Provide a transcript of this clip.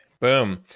Boom